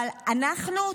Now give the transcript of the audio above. אבל אנחנו,